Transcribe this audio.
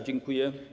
Dziękuję.